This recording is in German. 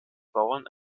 bauern